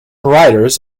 writers